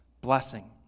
blessing